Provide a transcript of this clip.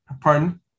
pardon